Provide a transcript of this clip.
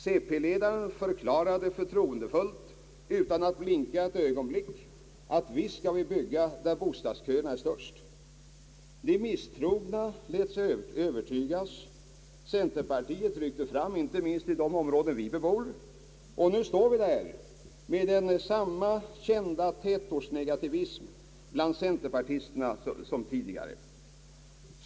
Centerpartiledaren förklarade förtroendefullt utan att blinka, att »visst skall vi bygga mest där bostadsköerna är störst». De misstrogna lät sig övertygas, centerpartiet ryckte fram — inte minst i tätortsområdena — och nu står vi här med samma tätortsnegativism bland centerpartisterna som tidigare!